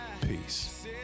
peace